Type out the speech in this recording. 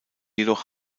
jedoch